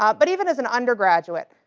um but even as an undergraduate,